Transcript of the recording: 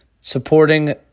supporting